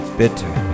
bitter